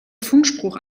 funkspruch